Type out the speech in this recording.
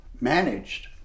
managed